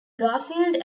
garfield